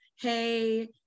hey